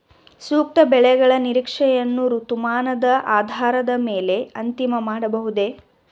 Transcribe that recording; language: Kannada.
ಸೂಕ್ತ ಬೆಳೆಗಳ ನಿರೀಕ್ಷೆಯನ್ನು ಋತುಮಾನದ ಆಧಾರದ ಮೇಲೆ ಅಂತಿಮ ಮಾಡಬಹುದೇ?